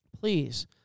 please